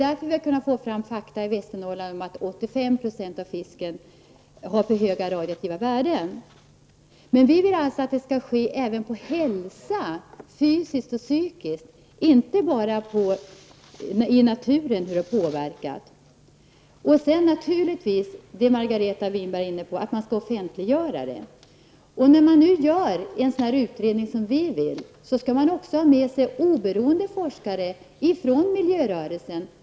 Därför har vi fått fram fakta i Västernorrland om att 85 % av fisken har för höga radioaktiva värden. Vi vill ha en forskning av effekterna på hälsa, både fysiskt och psykiskt, inte bara hur naturen påverkas. Sedan skall vi naturligtvis, som Margareta Winberg var inne på, offentliggöra det. När man gör en sådan utredning som vi vill göra, skall man ha med sig oberoende forskare från miljörörelsen.